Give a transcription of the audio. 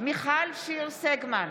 מיכל שיר סגמן,